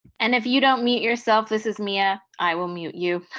and if you don't mute yourself, this is mia, i will mute you.